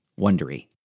wondery